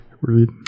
read